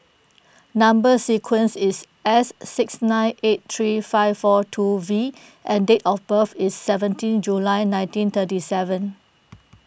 Number Sequence is S six nine eight three five four two V and date of birth is seventeen July nineteen thirty seven